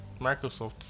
microsoft